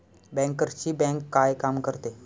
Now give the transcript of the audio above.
बँकर्सची बँक काय काम करते?